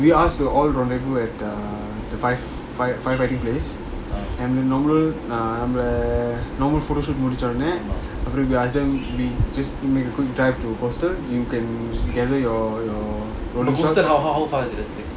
we ask the at uh the firefighting place and normal photoshoot முடிச்சஉடனே:mudicha udane we ask them we just make a quick drive to coastal